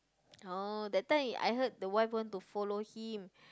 oh that time I heard the wife want to follow him